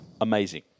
Amazing